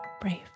brave